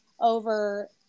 over